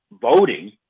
voting